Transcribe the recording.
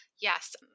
yes